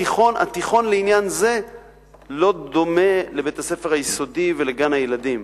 התיכון לעניין זה לא דומה לבית-הספר היסודי ולגן-הילדים.